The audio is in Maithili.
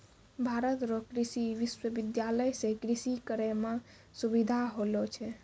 भारत रो कृषि विश्वबिद्यालय से कृषि करै मह सुबिधा होलो छै